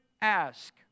ask